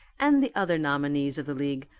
and the other nominees of the league,